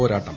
പോരാട്ടം